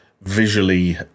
visually